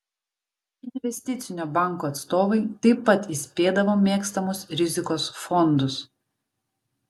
investicinio banko atstovai taip pat įspėdavo mėgstamus rizikos fondus